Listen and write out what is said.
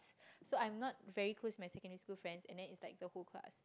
so I'm not very close to my secondary school friends and then its like the whole class